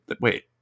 wait